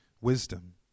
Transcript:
wisdom